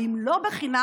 ואם לא חינם,